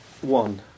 One